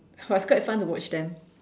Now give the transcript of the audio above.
but it's quite fun to watch them